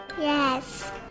Yes